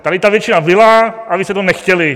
Tady ta většina byla a vy jste to nechtěli.